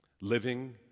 Living